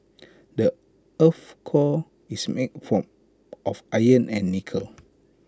the Earth's core is made for of iron and nickel